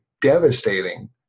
devastating